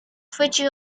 chwycił